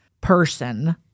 person